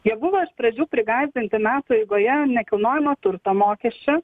jie buvo iš pradžių prigąsdinti metų eigoje nekilnojamo turto mokesčiu